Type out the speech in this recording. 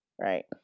right